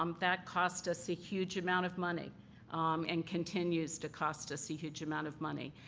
um that cost us a huge amount of money and continues to cost us a huge amount of money.